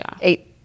eight